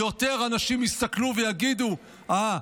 יותר אנשים יסתכלו ויגידו: אה,